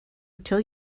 till